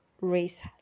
race